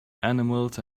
animals